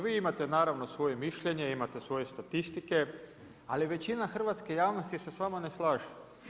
Vi imate naravno svoje mišljenje, imate svoje statistike, ali većina hrvatske javnosti se s vama ne slažu.